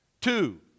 Two